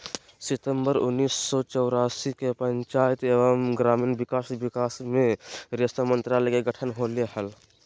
सितंबर उन्नीस सो चौरासी के पंचायत एवम ग्रामीण विकास विभाग मे रेशम मंत्रालय के गठन होले हल,